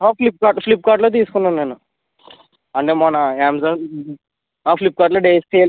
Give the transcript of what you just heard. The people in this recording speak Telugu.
ఫ్లిప్కార్ట్ ఫ్లిప్కార్ట్లో తీసుకున్నాను నేను అంటే మొన్న అమెజాన్ ఫ్లిప్కార్ట్లో డైలీ సేల్